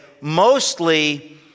mostly